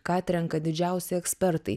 ką atrenka didžiausi ekspertai